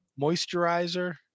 Moisturizer